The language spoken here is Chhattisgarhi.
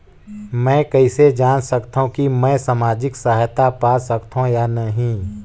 मै कइसे जान सकथव कि मैं समाजिक सहायता पा सकथव या नहीं?